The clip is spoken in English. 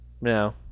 No